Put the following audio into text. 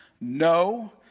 No